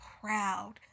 proud